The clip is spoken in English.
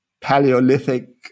paleolithic